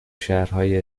شهرهای